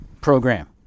program